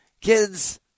Kids